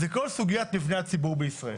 זה כל סוגיית מבני הציבור בישראל.